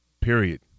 Period